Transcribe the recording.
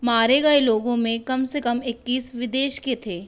मारे गए लोगों में कम से कम इक्कीस विदेश के थे